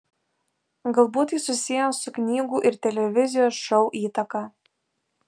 galbūt tai susiję su knygų ir televizijos šou įtaka